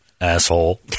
asshole